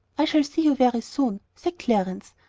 i shall see you very soon, said clarence,